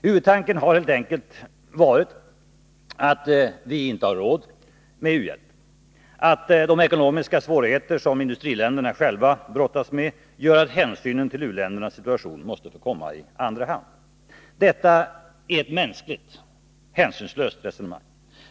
Huvudtanken har helt enkelt varit att vi inte har råd med u-hjälp, att de ekonomiska svårigheter som industriländerna själva brottas med gör att hänsynen till u-ländernas situation måste få komma i andra hand. Detta är ett mänskligt hänsynslöst resonemang.